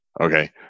Okay